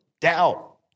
Doubt